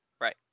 Right